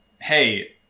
hey